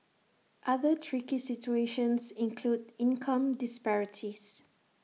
other tricky situations include income disparities